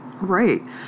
Right